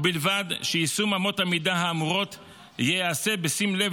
ובלבד שיישום אמות המידה האמורות ייעשה בשים לב